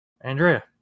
Andrea